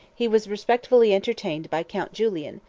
he was respectfully entertained by count julian,